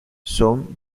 son